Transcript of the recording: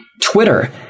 Twitter